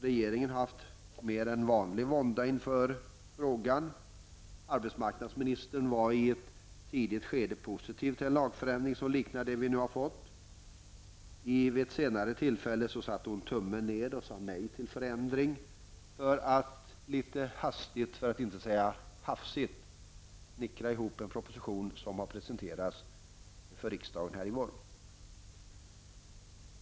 Regeringen har haft mer än vanlig vånda inför frågan. Arbetsmarknadsministern var i ett tidigt skede positiv till en lagförändring som liknar det vi nu har fått. Vid ett senare tillfälle satte hon tummen ner och sade nej till förändring, för att sedan litet hastigt, för att inte säga hafsigt, snickra ihop en proposition som presenterats för riksdagen under våren.